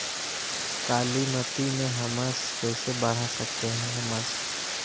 कालीमती में हमस कैसे बढ़ा सकते हैं हमस?